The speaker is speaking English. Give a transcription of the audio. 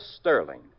Sterling